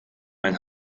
mein